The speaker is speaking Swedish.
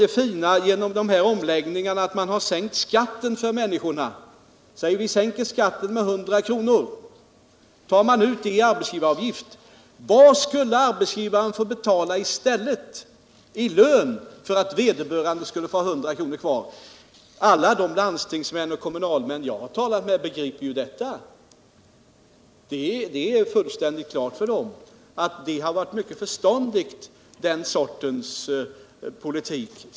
Det viktiga med de här omläggningarna ha ju varit att arbetsgivaren fått betala mycket mindre i arbetsgivaravgifter än i löneökningar för att, som i det här fallet, ge vederbörande 100 kr. mer i form av sänkt skatt. Det skulle ha kostat arbetsgivaren flera gånger mer i löneutgifter. Alla de landstingsmän och kommunalmän jag har talat med har haft fullständigt klart för sig att den politik jag här talar för har varit mycket förståndig.